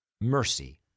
mercy